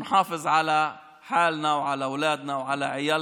אנו מאחלים לכולם כמובן בריאות